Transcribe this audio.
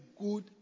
good